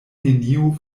neniu